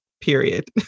period